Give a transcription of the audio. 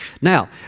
Now